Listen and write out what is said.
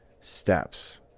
steps